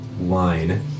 line